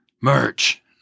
MERCH